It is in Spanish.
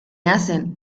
hacen